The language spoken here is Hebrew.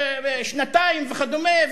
שנתיים וכדומה,